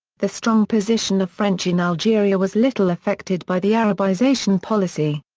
the strong position of french in algeria was little affected by the arabization policy.